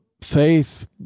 faith